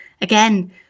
again